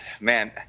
man